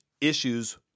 issues